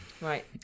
Right